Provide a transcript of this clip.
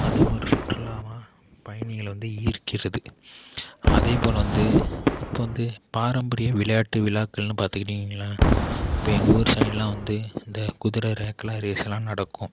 அதுவும் ஒரு சுற்றுலாவாக பயணிகளை வந்து ஈர்க்கிறது அதேப்போல் வந்து இப்போ வந்து பாரம்பரிய விளையாட்டு விழாக்களென்னு பார்த்துக்கிட்டீங்கங்களா இப்போ எங்கள் ஊர் சைடெலாம் வந்து இந்த குதிரை ரேக்ளா ரேஸெலாம் நடக்கும்